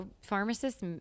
pharmacists